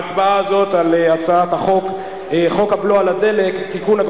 ההצבעה הזאת על הצעת חוק הבלו על הדלק (תיקון,